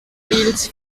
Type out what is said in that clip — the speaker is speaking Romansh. ils